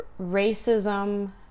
racism